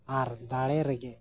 ᱟᱨ ᱫᱟᱲᱮ ᱨᱮᱜᱮ